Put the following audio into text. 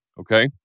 Okay